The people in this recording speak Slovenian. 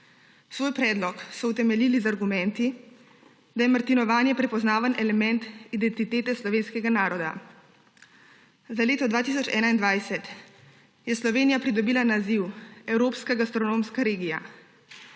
Svoj predlog so utemeljili z argumenti, da je martinovanje prepoznaven element identitete slovenskega naroda. Za leto 2021 je Slovenija pridobila naziv evropska gastronomska regija.